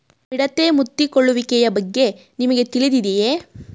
ಮಿಡತೆ ಮುತ್ತಿಕೊಳ್ಳುವಿಕೆಯ ಬಗ್ಗೆ ನಿಮಗೆ ತಿಳಿದಿದೆಯೇ?